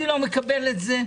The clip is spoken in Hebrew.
אני לא מקבל את זה,